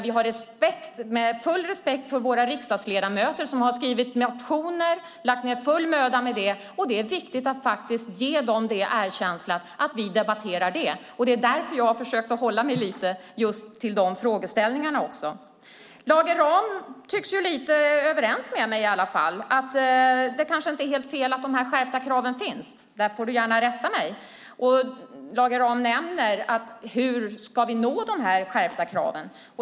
Vi har full respekt för riksdagsledamöterna som har skrivit motioner och lagt ned full möda på det, och det är viktigt att faktiskt ge dem det erkännandet att vi debatterar detta. Det är därför som jag har försökt att hålla mig lite just till de frågeställningarna. Lage Rahm tycks vara lite överens med mig i alla fall om att det kanske inte är helt fel att de här skärpta kraven finns. Du får gärna rätta mig. Lage Rahm undrar hur vi ska nå de skärpta kraven.